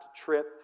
trip